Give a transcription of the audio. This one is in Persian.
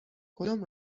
کدام